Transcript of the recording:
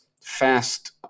fast